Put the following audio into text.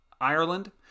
Ireland